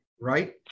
Right